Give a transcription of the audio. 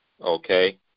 okay